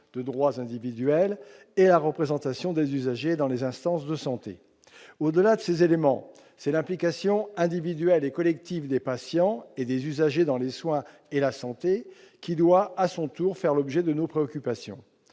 de droits individuels et la représentation des usagers dans les instances de santé. Au-delà de ces éléments, c'est l'implication individuelle et collective des patients et des usagers dans les soins et la santé qui doit, à son tour, faire l'objet de nos préoccupations.